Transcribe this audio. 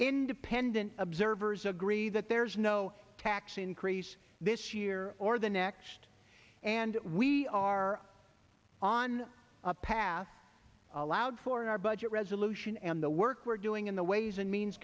independent observers agree that there's no tax increase this year or the next and we are on a path allowed for in our budget resolution and the work we're doing in the ways and means